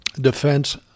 defense